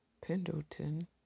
Pendleton